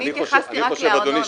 אני התייחסתי רק לארנונה.